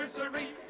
anniversary